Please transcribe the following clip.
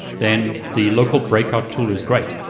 then the local breakout tool is great.